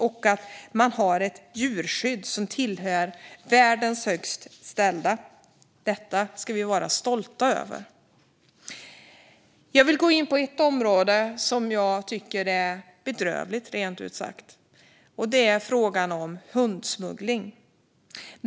Vi har ett djurskydd som är bland världens bästa. Detta ska vi vara stolta över. Jag vill gå in på ett område som jag tycker är bedrövligt rent ut sagt, och det gäller hundsmuggling.